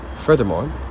Furthermore